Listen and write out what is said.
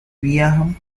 viajan